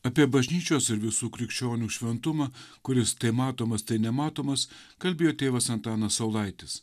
apie bažnyčios ir visų krikščionių šventumą kuris tai matomas tai nematomas kalbėjo tėvas antanas saulaitis